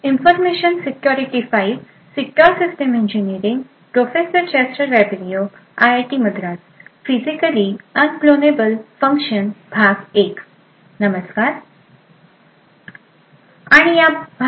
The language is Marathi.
नमस्कार आणि या भागात आपले स्वागत आहे